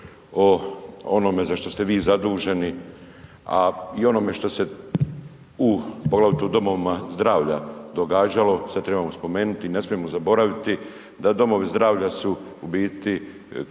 o onome za što ste vi zaduženi, a i onome što se u poglavito u domovima zdravlja događalo, sad tribamo spomenuti, ne smijemo zaboraviti da domovi zdravlja su u biti